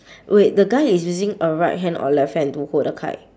wait the guy is using a right hand or left hand to hold the kite